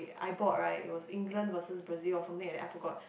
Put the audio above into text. I bought right it was England versus Brazil something like that I forgot